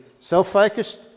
self-focused